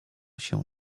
się